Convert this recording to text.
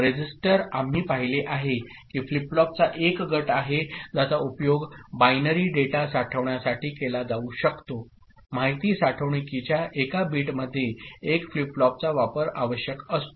resistor आम्ही पाहिले आहे की फ्लिप फ्लॉपचा एक गट आहे ज्याचा उपयोग बायनरी डेटा साठवण्यासाठी केला जाऊ शकतो माहिती साठवणुकीच्या एका बिटमध्ये एक फ्लिप फ्लॉपचा वापर आवश्यक असतो